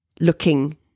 looking